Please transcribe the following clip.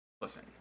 Listen